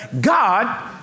God